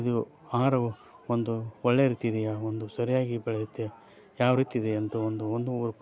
ಇದು ಆಹಾರವು ಒಂದು ಒಳ್ಳೆ ರೀತಿ ಇದೆಯಾ ಒಂದು ಸರಿಯಾಗಿ ಬೆಳೆಯುತ್ತೆ ಯಾವ ರೀತಿ ಇದೆ ಅಂತ ಒಂದು ಒಂದು